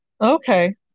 Okay